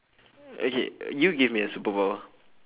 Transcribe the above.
okay you give me a superpower